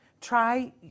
Try